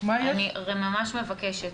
אני ממש מבקשת,